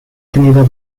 tenido